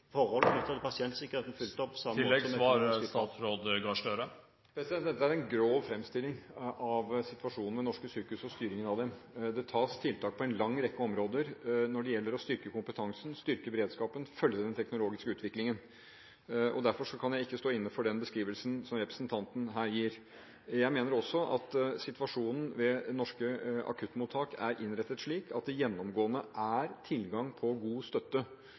til pasientsikkerheten fulgt opp? Dette er en grov fremstilling av situasjonen ved norske sykehus og styringen av dem. Det gjøres tiltak på en lang rekke områder når det gjelder å styrke kompetansen, styrke beredskapen og følge den teknologiske utviklingen. Derfor kan jeg ikke stå inne for den beskrivelsen som representanten her gir. Jeg mener at situasjonen ved norske akuttmottak er innrettet slik at det gjennomgående er tilgang på god støtte.